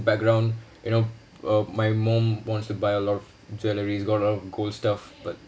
background you know uh my mom wants to buy a lot of jewelry golda lot of gold stuff but